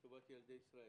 לטובת ילדי ישראל.